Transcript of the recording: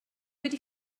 wedi